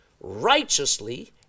righteously